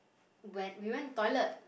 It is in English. when we went toilet